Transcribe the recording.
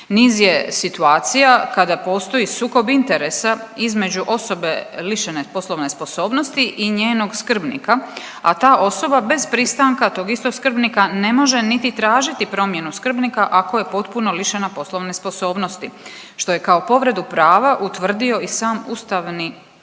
Niz je situacija kada postoji sukob interesa između osobe lišene poslovne sposobnosti i njenog skrbnika, a ta osoba bez pristanka tog istog skrbnika ne može niti tražiti promjenu skrbnika, ako je potpuno lišena poslovne sposobnosti što je kao povredu prava utvrdio i sam Ustavni sud